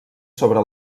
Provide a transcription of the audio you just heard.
sobre